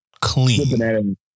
clean